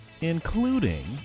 Including